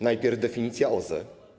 Najpierw definicja OZE.